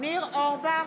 ניר אורבך,